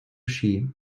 ski